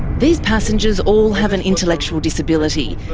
these passengers all have an intellectual disability.